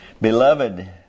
Beloved